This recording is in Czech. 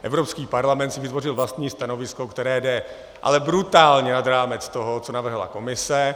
Evropský parlament si vytvořil vlastní stanovisko, které jde ale brutálně nad rámec toho, co navrhla Komise.